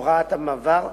הוראת המעבר,